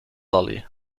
lolly